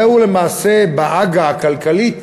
זה למעשה בעגה הכלכלית